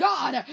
God